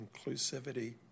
inclusivity